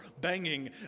banging